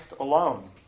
alone